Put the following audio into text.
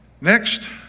Next